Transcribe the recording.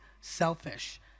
selfish